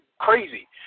crazy